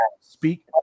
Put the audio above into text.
speak